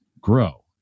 grow